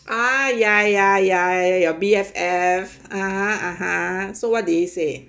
ah ya ya ya ya ya your B_F_F (uh huh) (uh huh) so what he say